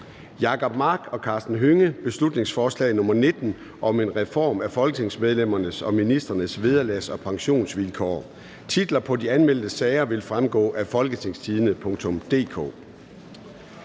(Forslag til folketingsbeslutning om en reform af folketingsmedlemmers og ministres vederlags- og pensionsvilkår). Titlerne på de anmeldte sager vil fremgå af www.folketingstidende.dk